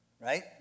Right